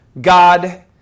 God